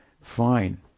fine